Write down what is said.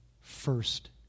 first